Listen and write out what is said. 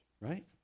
right